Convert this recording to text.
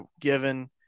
given